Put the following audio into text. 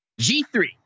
G3